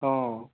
অঁ